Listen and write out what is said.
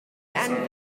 and